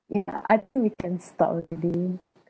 ya I think we can stop already